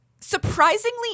surprisingly